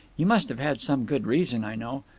you must have had some good reason, i know.